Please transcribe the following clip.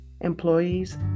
employees